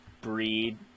breed